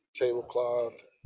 tablecloth